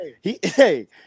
hey